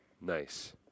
Nice